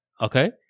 Okay